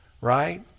right